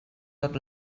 tot